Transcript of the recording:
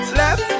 left